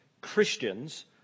Christians